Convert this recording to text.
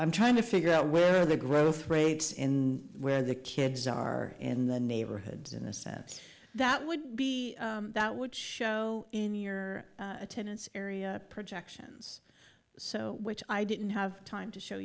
i'm trying to figure out where the growth rates in where the kids are in the neighborhoods and assess that would be that would show in your attendance area projections so which i didn't have time to show